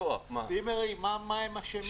צימרים, מה הם אשמים?